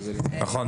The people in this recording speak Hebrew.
נכון.